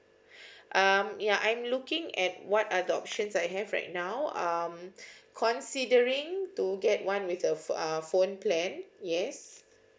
um ya I'm looking at what are the options I have right now um considering to get one with the ph~ uh phone plan yes